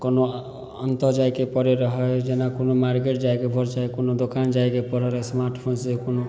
कोनो अनतऽ जाइके पड़ै रै जेना कोनो मार्केट जाइके पड़ै चाहे कोनो दोकान जाइके पड़ै रहै स्मार्टफोनसे कोनो